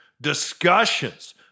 discussions